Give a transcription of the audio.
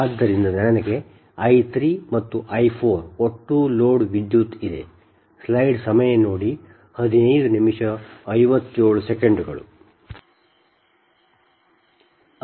ಆದ್ದರಿಂದ ನನಗೆ I 3 ಮತ್ತು I 4 ಒಟ್ಟು ಲೋಡ್ ವಿದ್ಯುತ್ಗಿದೆ